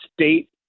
state